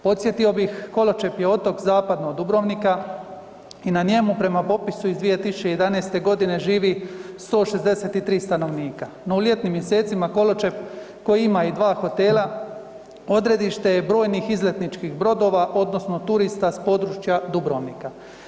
Podsjetio bih, Koločep je otok zapadno od Dubrovnika i na njemu prema popisu iz 2011. g. živi 163 stanovnika, no u ljetnim mjesecima, Koločep koji ima i 2 hotela, odredište je brojnih izletničkih brodova, odnosno turista s područja Dubrovnika.